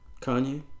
Kanye